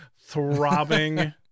throbbing